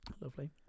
Lovely